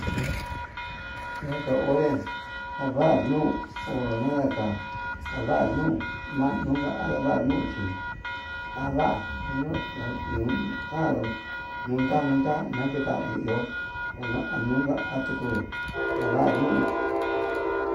Te'e nka onré navar nuu nadaka'a, ndavar nuu manuka nadanuu ndochi ava'a nuu nda janruun, nunda nunda naye'e nika hi iho ono anunka atuu kuu navar nuu.